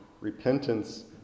repentance